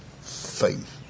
faith